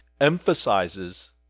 emphasizes